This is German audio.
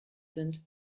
sind